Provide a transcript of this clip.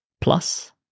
plus